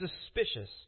suspicious